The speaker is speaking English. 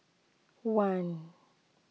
one